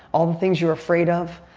all the things you were afraid of,